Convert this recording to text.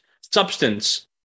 substance